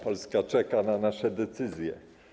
Polska czeka na nasze decyzje.